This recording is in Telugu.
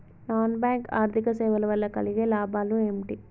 నాన్ బ్యాంక్ ఆర్థిక సేవల వల్ల కలిగే లాభాలు ఏమిటి?